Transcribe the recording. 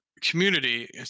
community